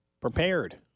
prepared